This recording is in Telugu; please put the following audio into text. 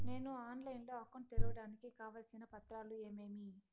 నేను ఆన్లైన్ లో అకౌంట్ తెరవడానికి కావాల్సిన పత్రాలు ఏమేమి?